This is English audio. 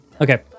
okay